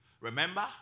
Remember